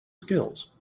skills